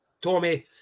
Tommy